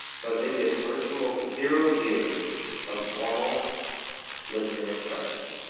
but they get virtual zero years of formal listening instruction.